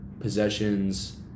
possessions